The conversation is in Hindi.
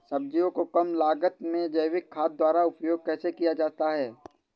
सब्जियों को कम लागत में जैविक खाद द्वारा उपयोग कैसे किया जाता है?